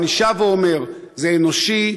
אני שב ואומר: זה אנושי,